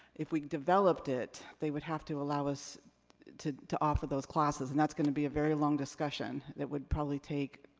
if we developed it, they would have to allow us to to offer those classes, and that's gonna be a very long discussion. it would probably take,